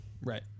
Right